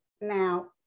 Now